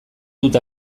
dut